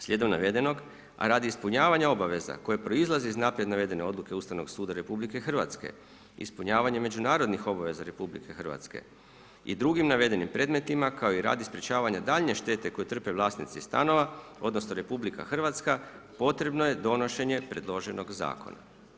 Slijedom navedenog, a radi ispunjavanja obaveza koje proizlaze iz naprijed navedene odluke Ustavnog suda RH, ispunjavanje međunarodnih obveza RH i drugim navedenim predmetima kao i radi sprečavanja daljnje štete koje trpe vlasnici stanova odnosno RH potrebno je donošenje predloženog zakona.